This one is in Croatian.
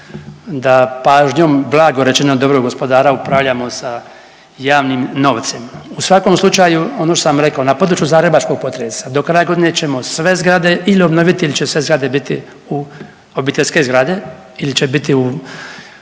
da pažnjom blago rečeno dobrog gospodara upravljamo sa javnim novcem. U svakom slučaju ono što sam rekao na području zagrebačkog potresa do kraja godine ćemo sve zgrade i8li obnoviti ili će sve zgrade biti, obiteljske zgrade ili će biti u određenoj fazi